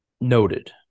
Noted